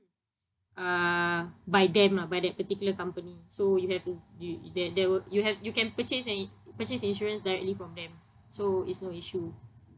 uh by them lah by that particular company so you have to y~ th~ there were y~ you have you can purchase and purchase insurance directly from them so is no issue